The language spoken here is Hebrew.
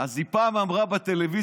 אז היא פעם אמרה בטלוויזיה,